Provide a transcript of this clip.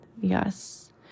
Yes